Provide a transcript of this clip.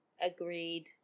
agreed